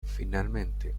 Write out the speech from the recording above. finalmente